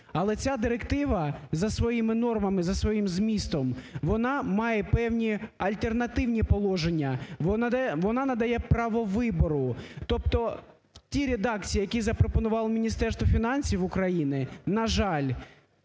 Але ця директива за своїми нормами, за своїм змістом вона має певні альтернативні положення, вона надає право вибору. Тобто в тій редакції, яку запропонувало Міністерство фінансів України, на жаль,